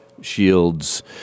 shields